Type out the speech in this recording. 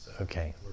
Okay